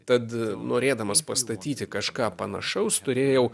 tad norėdamas pastatyti kažką panašaus turėjau